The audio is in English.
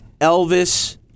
Elvis